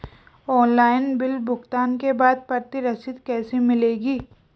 Online bill भुगतान के बाद प्रति रसीद कैसे मिलेगी?